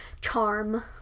Charm